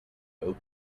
oak